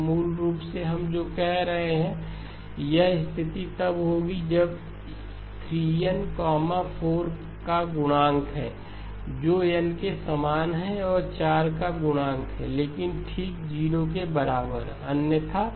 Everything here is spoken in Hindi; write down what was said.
तो मूल रूप से हम जो कह रहे हैं कि यह स्थिति तब होगी जब 3n 4 का गुणक है जो n के समान है और 4 का गुणक है लेकिन ठीक 0 के बराबर अन्यथा